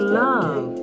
love